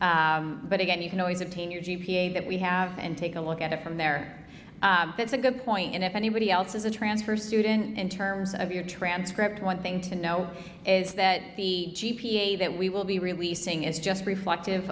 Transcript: n but again you can always obtain your g p a that we have and take a look at it from there that's a good point and if anybody else is a transfer student in terms of your transcript one thing to know is that the g p a that we will be releasing is just reflective